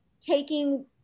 taking